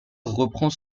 reprend